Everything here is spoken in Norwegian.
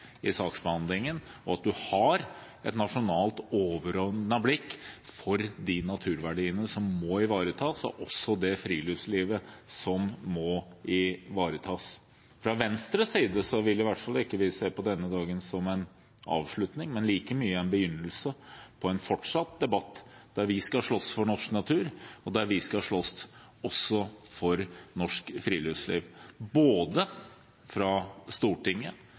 i saksbehandlingen, og at man har et nasjonalt overordnet blikk på de naturverdiene som må ivaretas, og også det friluftslivet som må ivaretas. I hvert fall fra Venstres side vil ikke vi se på denne dagen som en avslutning, men like mye som en begynnelse på en fortsatt debatt der vi skal slåss for norsk natur, og der vi skal slåss også for norsk friluftsliv fra Stortinget